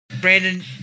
Brandon